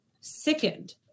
sickened